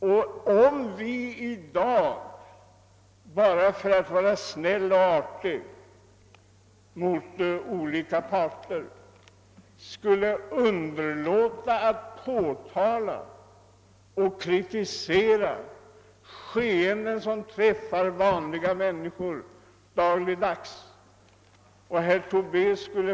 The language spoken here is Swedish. Skall vi i dag bara för att vara snälla och artiga mot olika parter underlåta att påtala och kritisera skeenden som träffar vanliga människor dagligdags?